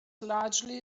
largely